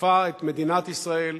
ששטפה את מדינת ישראל,